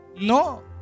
No